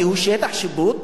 כי הוא בשטח שיפוט,